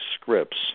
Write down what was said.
scripts